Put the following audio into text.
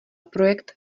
projekt